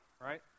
right